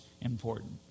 important